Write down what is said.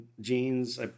jeans